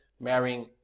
marrying